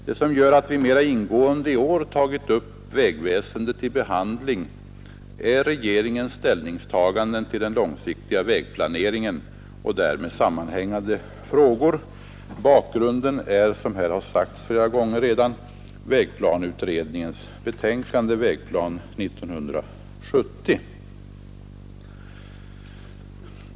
Det som gör att vi i år mera ingående tagit upp vägväsendet till behandling är regeringens ställningstagande till den långsiktiga vägplaneringen och därmed sammanhängande frågor. Bakgrunden är, som här redan flera gånger sagts, vägplaneutredningens betänkande Vägplan 1970.